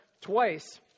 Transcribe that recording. twice